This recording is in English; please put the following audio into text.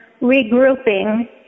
regrouping